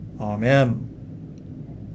Amen